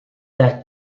that